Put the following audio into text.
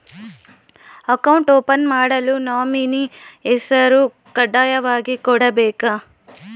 Account open ಮಾಡಲು nominee ಹೆಸರು ಕಡ್ಡಾಯವಾಗಿ ಕೊಡಬೇಕಾ?